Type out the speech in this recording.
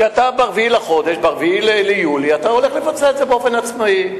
שב-4 ביולי אתה הולך לבצע את זה באופן עצמאי.